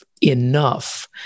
enough